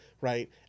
right